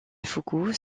foucault